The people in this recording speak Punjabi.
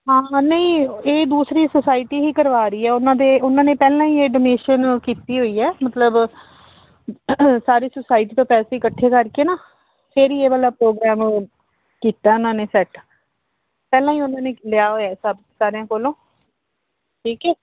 ਹਾਂ ਨਹੀਂ ਇਹ ਦੂਸਰੀ ਸੋਸਾਇਟੀ ਹੀ ਕਰਵਾ ਰਹੀ ਹੈ ਉਹਨਾਂ ਦੇ ਉਹਨਾਂ ਨੇ ਪਹਿਲਾਂ ਹੀ ਇਹ ਐਡਮਿਸ਼ਨ ਕੀਤੀ ਹੋਈ ਹੈ ਮਤਲਬ ਸਾਰੀ ਸੁਸਾਈਟੀ ਤੋਂ ਪੈਸੇ ਇਕੱਠੇ ਕਰਕੇ ਨਾ ਫਿਰ ਇਹ ਵਾਲਾ ਪ੍ਰੋਗਰਾਮ ਕੀਤਾ ਉਹਨਾਂ ਨੇ ਸੈੱਟ ਪਹਿਲਾਂ ਹੀ ਉਹਨਾਂ ਨੇ ਲਿਆ ਹੋਇਆ ਸਭ ਸਾਰਿਆਂ ਕੋਲੋਂ ਠੀਕ ਹੈ